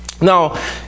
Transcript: Now